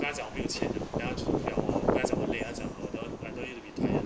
我跟她讲我没有钱 liao or 我跟她讲我累她讲 oh then I don't want you to be tired